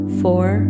four